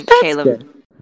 Caleb